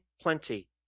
plenty